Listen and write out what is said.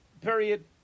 period